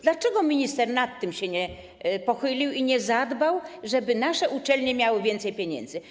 Dlaczego minister się nad tym nie pochylił i nie zadbał o to, żeby nasze uczelnie miały więcej pieniędzy?